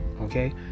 okay